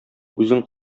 үзең